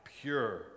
pure